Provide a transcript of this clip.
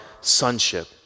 sonship